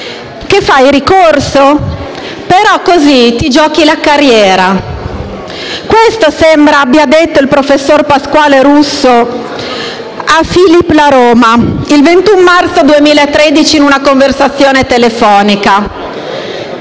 «Che fai, ricorso? Però così ti giochi la carriera». Questo sembra abbia detto il professor Pasquale Russo a Philip Laroma il 21 marzo 2013 in una conversazione telefonica.